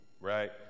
right